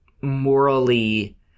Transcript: morally